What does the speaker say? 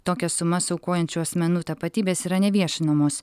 tokias sumas aukojančių asmenų tapatybės yra neviešinamos